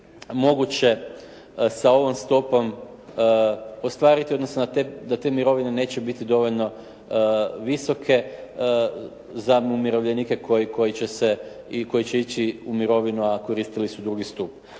moguće sa ovom stopom ostvariti odnosno na te, da te mirovine neće biti dovoljno visoke za umirovljenike koji će se i koji će ići u mirovinu a koristili su drugi stup.